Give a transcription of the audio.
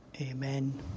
Amen